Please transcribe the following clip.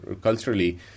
culturally